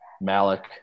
Malik